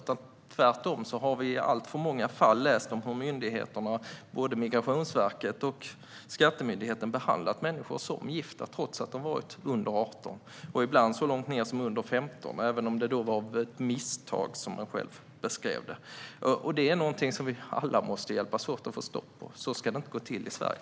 Tvärtom har vi i alltför många fall läst om hur myndigheterna, både Migrationsverket och Skatteverket, behandlat människor som gifta trots att de varit under 18 och ibland till och med under 15, även om det då rört sig om misstag, som man själv beskrev det. Detta är något som vi alla måste hjälpas åt att få stopp på. Så ska det inte gå till i Sverige.